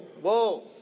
whoa